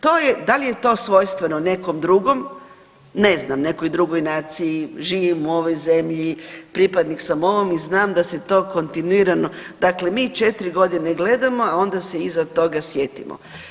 To je, da li je to svojstveno nekom drugom, ne znam, nekoj drugoj naciji, živimo u ovoj zemlji, pripadnik sam ovog i znam da se to kontinuirano, dakle mi 4.g. gledamo, a onda se iza toga sjetimo.